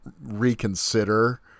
reconsider